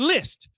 List